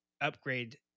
upgrade